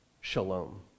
shalom